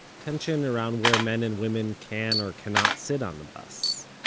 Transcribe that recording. tension around where men and women can or cannot sit on the bus.